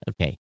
okay